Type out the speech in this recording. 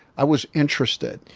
i was interested.